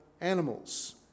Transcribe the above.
animals